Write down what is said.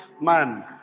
man